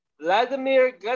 Vladimir